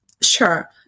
Sure